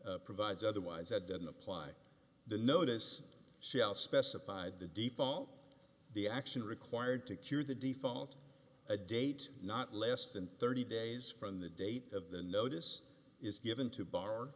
law provides otherwise that doesn't apply the notice shall specified the default the action required to cure the default a date not less than thirty days from the date of the notice is given to b